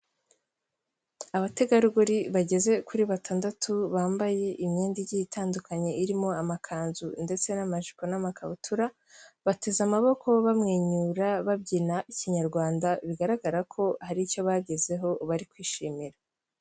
Abategarugori bageze kuri batandatu bambaye imyenda igiye itandukanye irimo amakanzu ndetse n'amajipo n'amakabutura, bateze amaboko bamwenyura, babyina ikinyarwanda, bigaragara ko hari icyo bagezeho bari kwishimira.